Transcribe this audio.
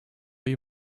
you